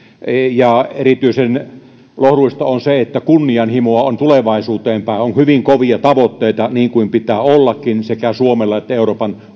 ja erityisen lohdullista on se että kunnianhimoa on tulevaisuuteen päin on hyvin kovia tavoitteita niin kuin pitää ollakin sekä suomella että euroopan